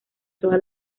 toda